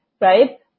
right